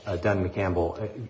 Dunn-McCampbell